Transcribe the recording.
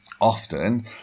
Often